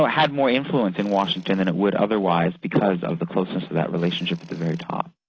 had more influence in washington than it would otherwise, because of the closeness of that relationship at the very top.